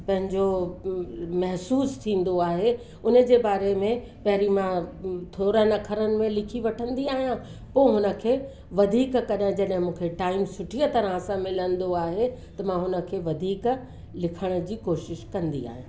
पंहिंजो महिसूसु थींदो आहे उन जे बारे में पहिरीं मां थोरनि अखरनि में लिखी वठंदी आहियां पोइ हुनखे वधीक कॾहिं जॾहिं मूंखे टाइम सुठीअ तरह सां मिलंदो आहे त मां हुनखे वधीक लिखण जी कोशिशि कंदी आहियां